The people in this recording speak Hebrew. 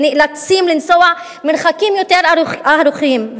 שנאלצים לנסוע מרחקים יותר ארוכים,